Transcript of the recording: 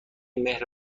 مهر